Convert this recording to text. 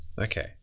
Okay